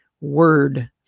word